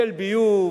של ביוב,